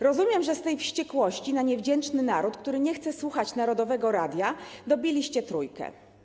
Rozumiem, że z tej wściekłości na niewdzięczny naród, który nie chce słuchać narodowego radia, dobiliście Trójkę.